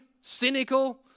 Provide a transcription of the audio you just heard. cynical